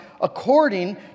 according